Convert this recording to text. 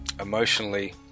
emotionally